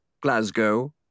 Glasgow